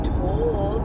told